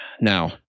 Now